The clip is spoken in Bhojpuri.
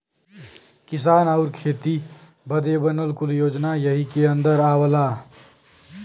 किसान आउर खेती बदे बनल कुल योजना यही के अन्दर आवला